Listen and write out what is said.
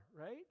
right